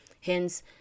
hence